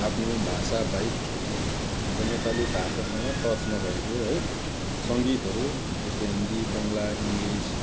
आफ्नो भाषा बाहेक हाम्रो नेपाली भाषासँग टच नभएको है सङ्गीतहरू जस्तै हिन्दी बङ्गला इङ्लिस